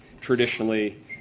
traditionally